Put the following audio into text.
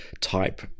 type